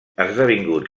esdevingut